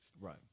Right